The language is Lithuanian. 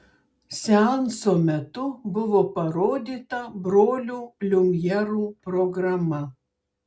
seanso metu buvo parodyta brolių liumjerų programa